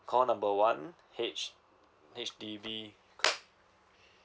call number one H H_D_B